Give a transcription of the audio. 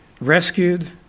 rescued